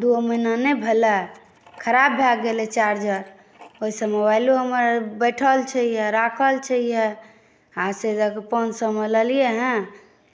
दुइओ महिना नहि भेलै खराब भऽ गेलै चार्जर ताहिसँ मोबाइलो हमर बैठल छै राखल छै आओर ताहिके बाद पाँच सओमे लेलिए हँ